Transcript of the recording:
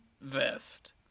Vest